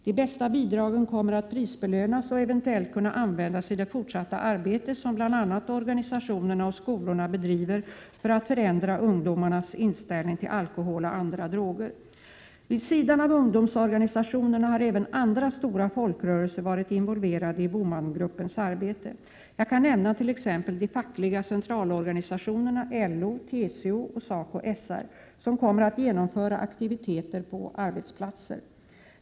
De bästa bidragen kommer att prisbelönas och eventuellt kunna användas i det fortsatta arbete som bl.a. organisationerna och skolorna bedriver för att förändra ungdomarnas inställning till alkohol och andra droger. Vid sidan av ungdomsorganisationerna har även andra stora folkrörelser varit involverade i BOMAN-gruppens arbete. Jag kan nämna t.ex. de fackliga centralorganisationerna LO, TCO och SACO/SR, som kommer att genomföra aktiviteter på arbetsplatser.